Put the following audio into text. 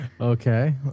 Okay